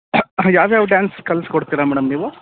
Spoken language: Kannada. ಯಾವ್ಯಾವ ಡ್ಯಾನ್ಸ್ ಕಲ್ಸಿಕೊಡ್ತೀರ ಮೇಡಮ್ ನೀವು